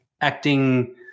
acting